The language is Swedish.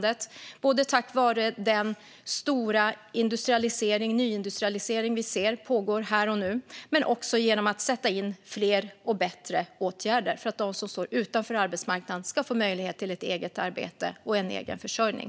Det kan ske tack vare den stora nyindustrialisering som vi ser pågår här och nu men också genom att sätta in fler och bättre åtgärder så att de som står utanför arbetsmarknaden ska få möjlighet till ett eget arbete och en egen försörjning.